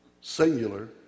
singular